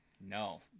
No